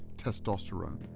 testosterone.